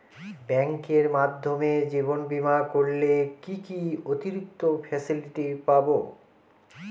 ব্যাংকের মাধ্যমে জীবন বীমা করলে কি কি অতিরিক্ত ফেসিলিটি পাব?